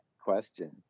question